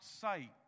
sight